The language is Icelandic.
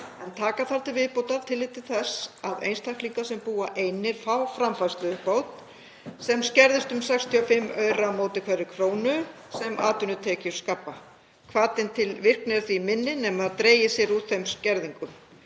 en taka þarf til viðbótar tillit til þess að einstaklingar sem búa einir fá framfærsluuppbót sem skerðist um 65 aura á móti hverri krónu sem atvinnutekjur skapa. Hvatinn til virkni er því minni nema dregið sé úr þeim skerðingum.